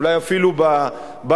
אולי אפילו בהתחלה.